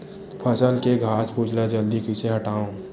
फसल के घासफुस ल जल्दी कइसे हटाव?